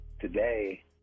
today